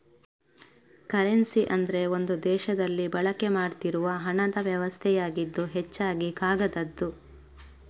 currency ಅಂದ್ರೆ ಒಂದು ದೇಶದಲ್ಲಿ ಬಳಕೆ ಮಾಡ್ತಿರುವ ಹಣದ ವ್ಯವಸ್ಥೆಯಾಗಿದ್ದು ಹೆಚ್ಚಾಗಿ ಕಾಗದದ್ದು